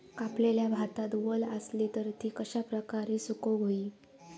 कापलेल्या भातात वल आसली तर ती कश्या प्रकारे सुकौक होई?